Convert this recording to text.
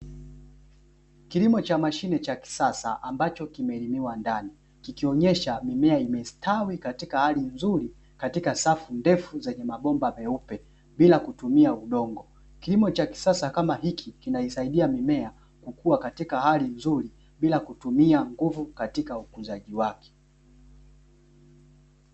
Kilimo cha mashine cha kisasa ambacho kimelimiwa ndani. Kikionyesha mimea imestawi katika hali nzuri katika safu ndefu zenye mabomba meupe bila kutumia udongo. Kilimo cha kisasa kama hiki kinaisaidia mimea kukua katika hali nzuri bila kutumia nguvu katika utunzaji wake.